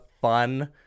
fun